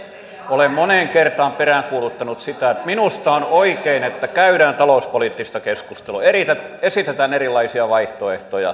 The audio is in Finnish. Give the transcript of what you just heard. olen moneen kertaan peräänkuuluttanut sitä että minusta on oikein että käydään talouspoliittista keskustelua esitetään erilaisia vaihtoehtoja